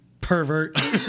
pervert